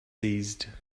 seized